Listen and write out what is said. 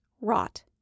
Rot